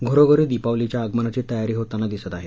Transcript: घरोघरी दीपावलीच्या आगमनाची तयारी होताना दिसते आहे